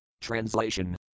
Translation